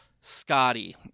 Scotty